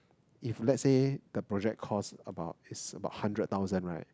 if let's say the project cost about is about hundred thousand right